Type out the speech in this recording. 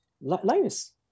Linus